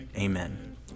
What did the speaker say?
Amen